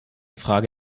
frage